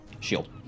Shield